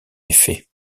effet